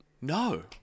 No